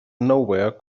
nowhere